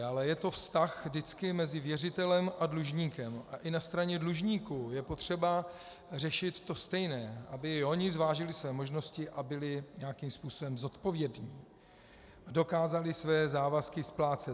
Ale je to vztah vždycky mezi věřitelem a dlužníkem a i na straně dlužníků je potřeba řešit to stejné, aby i oni zvážili své možnosti a byli nějakým způsobem zodpovědní a dokázali své závazky splácet.